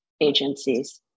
agencies